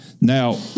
Now